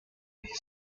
his